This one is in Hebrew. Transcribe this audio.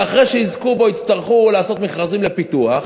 ואחרי שיזכו בו יצטרכו לעשות מכרזים לפיתוח,